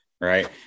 right